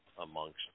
amongst